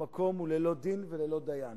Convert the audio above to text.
המקום הוא ללא דין וללא דיין.